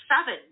seven